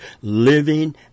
living